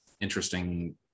interesting